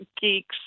geeks